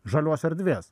žalios erdvės